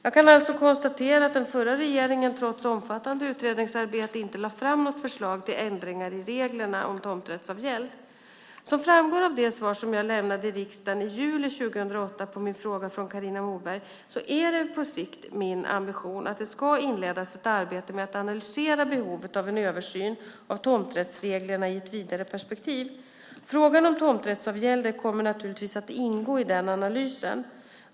Jag kan alltså konstatera att den förra regeringen trots omfattande utredningsarbete inte lade fram något förslag till ändringar i reglerna om tomträttsavgäld. Som framgår av det svar som jag lämnade i riksdagen i juli 2008 på en fråga från Carina Moberg är det på sikt min ambition att det ska inledas ett arbete med att analysera behovet av en översyn av tomträttsreglerna i ett vidare perspektiv. Frågan om tomträttsavgälder kommer naturligtvis att ingå i den analysen.